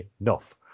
enough